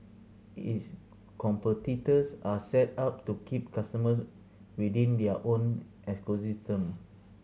its competitors are set up to keep customers within their own